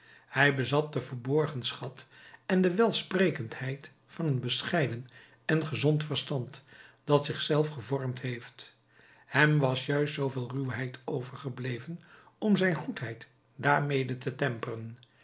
hij bezat den verborgen schat en de welsprekendheid van een bescheiden en gezond verstand dat zich zelf gevormd heeft hem was juist zooveel ruwheid overgebleven om zijn goedheid daarmede te temperen